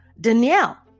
Danielle